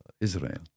Israel